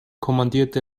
kommandierte